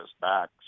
back